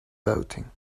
boating